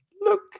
look